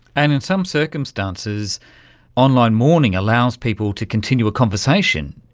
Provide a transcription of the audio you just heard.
and in some circumstances online mourning allows people to continue a conversation,